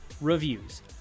reviews